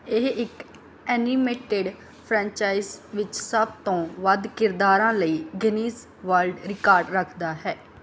ਇਹ ਇੱਕ animated franchise ਵਿੱਚ ਸਭ ਤੋਂ ਵੱਧ ਕਿਰਦਾਰਾਂ ਲਈ ਗਿਨੀਜ਼ ਵਰਲਡ ਰਿਕਾਰਡ ਰੱਖਦਾ ਹੈ